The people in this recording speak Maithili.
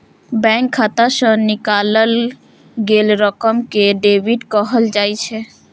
बैंक खाता सं निकालल गेल रकम कें डेबिट कहल जाइ छै